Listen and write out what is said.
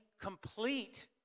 complete